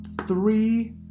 three